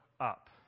up